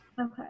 Okay